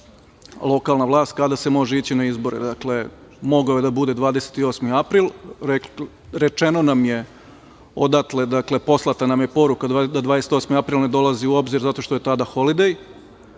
lokalna vlast, kada se može ići na izbore. Dakle, mogao je da bude 28. april. Rečeno nam je odatle, dakle, poslata nam je poruka da 28. april ne dolazi u obzir zato što je tada holliday